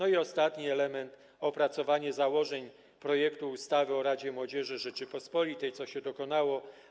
Ostatni element to opracowanie założeń projektu ustawy o radzie młodzieży Rzeczypospolitej, co się dokonało.